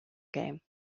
game